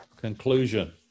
conclusion